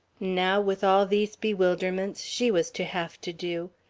now with all these bewilderments she was to have to do.